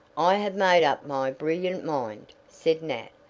i have made up my brilliant mind, said nat,